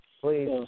Please